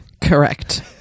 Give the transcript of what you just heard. Correct